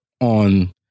on